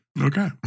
Okay